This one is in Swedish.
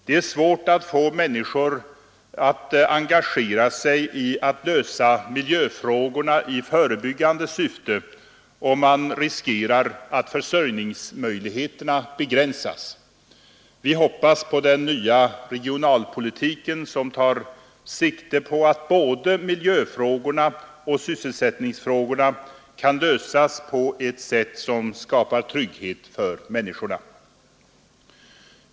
Det är svårt att få människor att engagera sig i att lösa miljöfrågorna i förebyggande syfte, om man riskerar att försörjningsmöjligheterna begränsas. Vi hoppas på den nya regionalpolitiken, som tar sikte på att både miljöfrågorna och sysselsättningsfrågorna skall lösas på ett sätt som skapar trygghet för människorna.